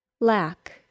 Lack